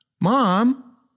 Mom